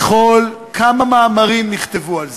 כמה מאמרים נכתבו על זה,